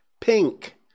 pink